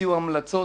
הוציאו המלצות.